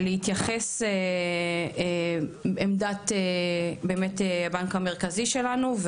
להתייחס בעמדת הבנק המרכזי שלנו,